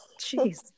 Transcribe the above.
jeez